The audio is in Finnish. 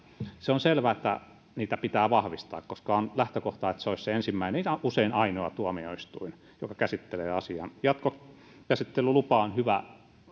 se on selvää että niitä pitää vahvistaa koska lähtökohta on että se olisi se ensimmäinen ja usein ainoa tuomioistuin joka käsittelee asian jatkokäsittelylupa on hyvä